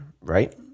right